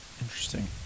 Interesting